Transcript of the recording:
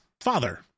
father